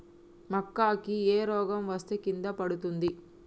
మక్కా కి ఏ రోగం వస్తే కింద పడుతుంది?